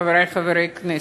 חברי חברי הכנסת,